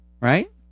Right